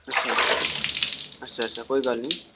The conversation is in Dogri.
अच्छा अच्छा अच्छा कोई गल्ल नि